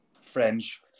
French